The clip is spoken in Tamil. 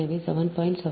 எனவே 7